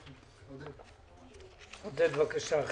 עודד, בבקשה.